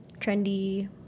trendy